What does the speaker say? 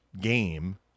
game